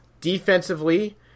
Defensively